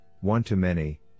one-to-many